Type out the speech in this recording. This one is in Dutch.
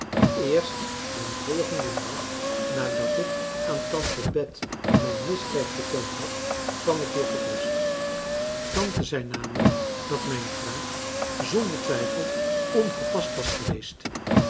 eerst den volgenden dag nadat ik aan tante bet mijn misdrijf bekend had kwam ik weer tot rust tante zei namelijk dat mijn vraag zonder twijfel ongepast was geweest